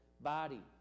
body